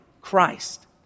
Christ